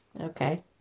Okay